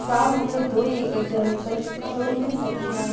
साहब हमरे दो एकड़ जमीन पर कितनालोन मिल सकेला?